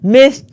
Miss